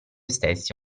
stessi